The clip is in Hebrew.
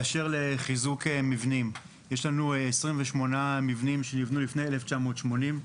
באשר לחיזוק מבנים: יש לנו 28 מבנים שנבנו לפני 1980,